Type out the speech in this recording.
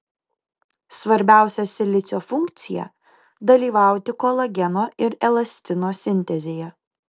svarbiausia silicio funkcija dalyvauti kolageno ir elastino sintezėje